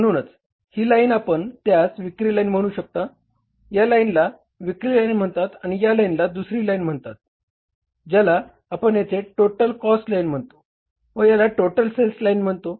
म्हणूनच ही लाइन आपण त्यास विक्री लाइन म्हणून शकता या लाइनला विक्री लाइन म्हणतात आणि या लाईनला दुसरी लाईन म्हणतात ज्याला आपण येथे टोटल कॉस्ट लाईन म्हणतो व याला टोटल सेल्स लाईन म्हणतो